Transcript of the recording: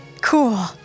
Cool